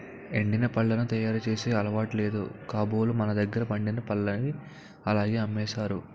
ఎండిన పళ్లను తయారు చేసే అలవాటు లేదు కాబోలు మనదగ్గర పండిన పల్లని అలాగే అమ్మేసారు